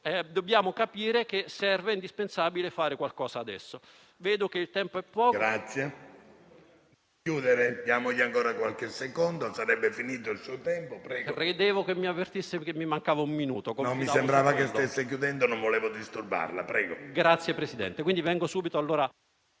dobbiamo capire che serve ed è indispensabile fare qualcosa adesso...